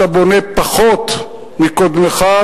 אתה בונה פחות מקודמך,